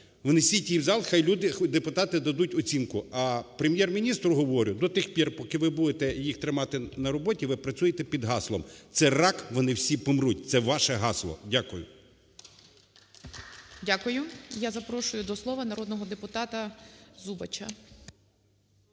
Внесіть її в зал, хай люди... депутати дадуть оцінку. А Прем'єр-міністру говорю. До тих пір, поки ви будете їх тримати на роботі, ви працюєте під гаслом "Це рак, вони всі помруть". Це ваше гасло. Дякую. ГОЛОВУЮЧИЙ. Дякую. Я запрошую до слова народного депутатаЗубача.